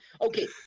Okay